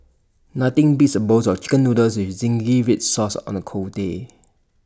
nothing beats A bowl of Chicken Noodles with Zingy Red Sauce on A cold day